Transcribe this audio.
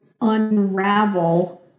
unravel